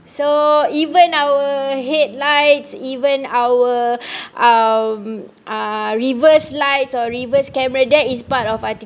so even our headlights even our um uh reverse lights or reverse camera that is part of artif~